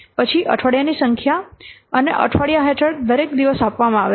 પછી અઠવાડિયાની સંખ્યા અને અઠવાડિયા હેઠળ દરેક દિવસ આપવામાં આવે છે